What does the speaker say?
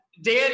Dan